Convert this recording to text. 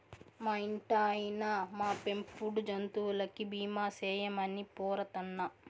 మా ఇంటాయినా, మా పెంపుడు జంతువులకి బీమా సేయమని పోరతన్నా